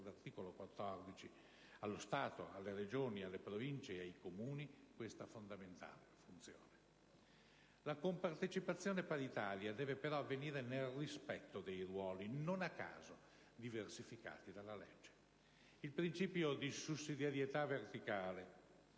l'articolo 114, allo Stato, alle Regioni, alle Province e ai Comuni, questa fondamentale funzione. La compartecipazione paritaria deve però avvenire nel rispetto dei ruoli, non a caso diversificati dalla legge. Il principio di sussidiarietà verticale